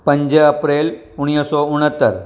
पंज अप्रैल उणिवीह सौ उणहतरि